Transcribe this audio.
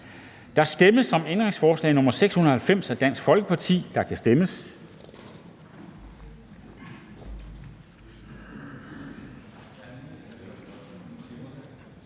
Der stemmes om ændringsforslag nr. 688 af DF, og der kan stemmes.